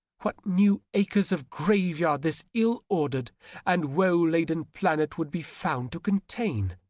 what new acres of grave yard this ill-ordered and woe-laden planet would be found to contain!